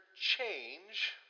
change